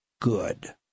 Good